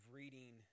reading